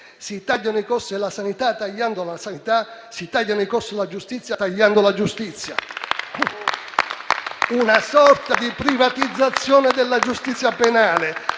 Si tagliano i costi della sanità tagliando la sanità, si tagliano i costi della giustizia tagliando la giustizia. Una sorta di privatizzazione della giustizia penale,